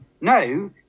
no